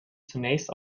zunächst